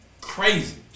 crazy